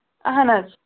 اَہن حظ